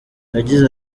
yagize